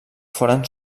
foren